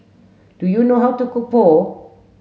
do you know how to cook Pho